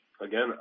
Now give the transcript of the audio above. again